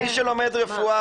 מי שלומד רפואה